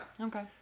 Okay